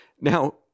Now